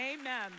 Amen